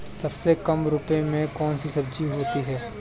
सबसे कम रुपये में कौन सी सब्जी होती है?